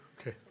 Okay